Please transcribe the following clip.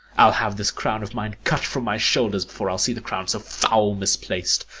i'll have this crown of mine cut from my shoulders before i'll see the crown so foul misplac'd.